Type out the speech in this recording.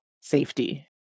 safety